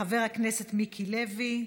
חבר הכנסת מיקי לוי.